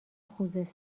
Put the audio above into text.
خوزستان